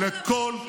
נא לצאת.